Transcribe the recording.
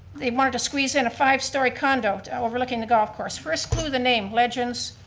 they wanted to squeeze in a five story condo overlooking the golf course. first clue, the name, legends